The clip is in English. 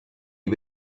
you